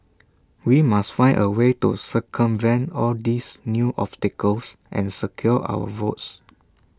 we must find A way to circumvent all these new obstacles and secure our votes